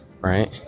right